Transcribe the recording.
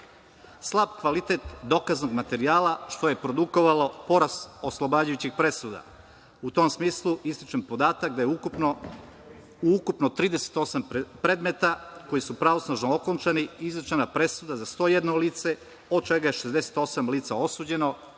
kvalitet dokaznog materijala što je produkovalo porast oslobađajućih presuda, a u tom smislu ističem podatak da je u ukupno 30 predmeta koji su pravosnažno okončani, izrečena je presuda za 101 lice od čega je 68 lica osuđeno,